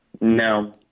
No